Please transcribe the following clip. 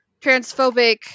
transphobic